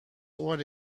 what